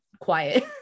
quiet